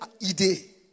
idée